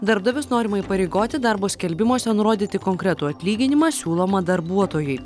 darbdavius norima įpareigoti darbo skelbimuose nurodyti konkretų atlyginimą siūlomą darbuotojui